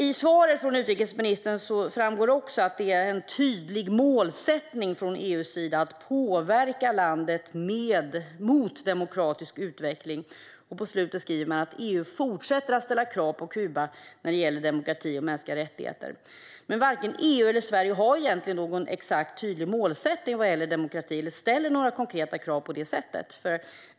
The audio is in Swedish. Av svaret från utrikesministern framgår också att det är en tydlig målsättning från EU:s sida att påverka Kuba i riktning mot demokratisk utveckling. I slutet säger hon att "EU fortsätter att ställa krav på Kuba när det gäller demokrati och mänskliga rättigheter". Men varken EU eller Sverige har egentligen någon exakt, tydlig målsättning vad gäller demokrati eller ställer några konkreta sådana krav.